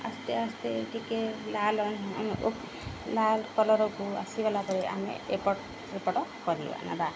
ଆସ୍ତେ ଆସ୍ତେ ଟିକେ ଲାଲ ଲାଲ କଲର୍କୁ ଆସଗଲା ପରେ ଆମେ ଏପଟ ସେପଟ କରୁ ନବା